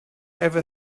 ever